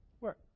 work